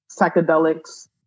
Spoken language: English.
psychedelics